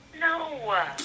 No